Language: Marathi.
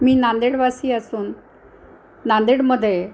मी नांदेडवासी असून नांदेड मध्ये